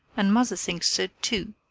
and mother thinks so too.